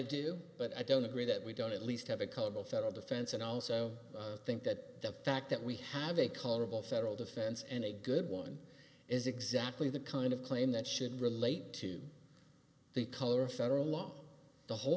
do but i don't agree that we don't at least have a couple federal defense and i also think that the fact that we have a callable federal defense and a good one is exactly the kind of claim that should relate to the color federal law the whole